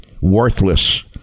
worthless